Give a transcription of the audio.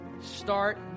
start